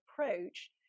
approach